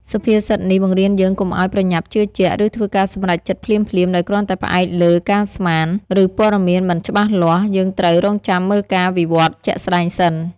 សុភាសិតនេះបង្រៀនយើងកុំឲ្យប្រញាប់ជឿជាក់ ឬធ្វើការសម្រេចចិត្តភ្លាមៗ ដោយគ្រាន់តែផ្អែកលើការស្មាន ឬព័ត៌មានមិនច្បាស់លាស់ យើងត្រូវរង់ចាំមើលការវិវត្តន៍ជាក់ស្តែងសិន។